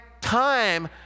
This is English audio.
time